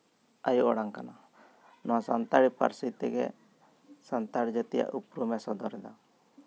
ᱟᱭᱳ ᱟᱲᱟᱝ ᱠᱟᱱᱟ ᱱᱚᱣᱟ ᱥᱟᱱᱛᱟᱲᱤ ᱯᱟᱹᱨᱥᱤ ᱛᱮᱜᱮ ᱥᱟᱱᱛᱟᱲ ᱡᱟᱹᱛᱤᱭᱟᱜ ᱩᱯᱨᱩᱢ ᱮ ᱥᱚᱫᱚᱨ ᱮᱫᱟ